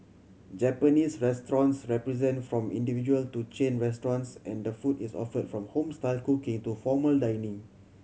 Japanese restaurants present from individual to chain restaurants and food is offered from home style cooking to formal dining